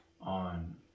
on